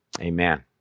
Amen